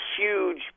huge